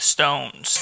Stones